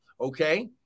okay